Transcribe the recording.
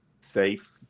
safe